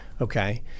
Okay